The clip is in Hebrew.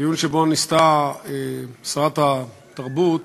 דיון שבו ניסתה שרת התרבות